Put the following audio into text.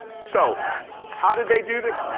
so how did they do this?